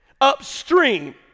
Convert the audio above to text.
upstream